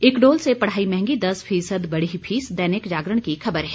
इक्डोल से पढ़ाई महंगी दस फीसद बढ़ी फीस दैनिक जागरण की खबर है